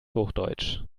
hochdeutsch